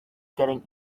getting